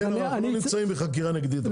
ידידנו,